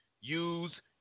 use